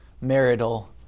marital